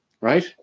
Right